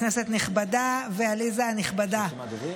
כנסת נכבדה ועליזה הנכבדה,